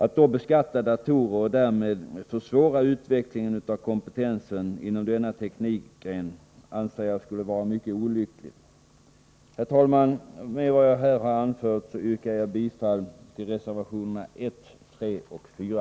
Att då beskatta datorer och därmed försvåra utvecklingen av kompetensen inom denna teknikgren anser jag vara mycket olyckligt. Herr talman! Med vad jag här anfört yrkar jag bifall till reservationerna 1, 3 och 4.